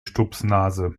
stupsnase